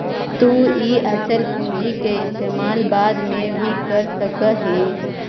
तु इ अचल पूंजी के इस्तेमाल बाद में भी कर सकऽ हे